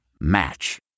Match